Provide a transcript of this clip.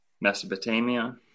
Mesopotamia